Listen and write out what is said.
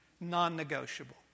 non-negotiable